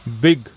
big